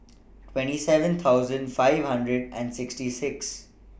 twenty seven thousand five hundred and sixty six